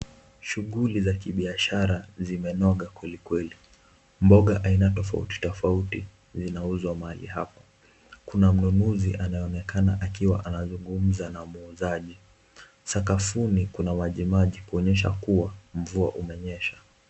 Shughuli za biashara zimenoga kweli kweli. Mboga aina tofauti tofauti zinauzwa mahali hapa. Kuna mnunuzi anayeonekana akiwa anazungumza na muuzaji, sakafuni kuna majimaji kuonyesha kuwa mvua imenyesha.